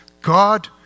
God